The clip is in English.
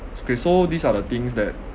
so okay so these are the things that